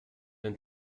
den